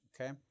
okay